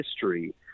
history